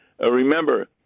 Remember